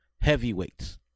heavyweights